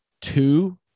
two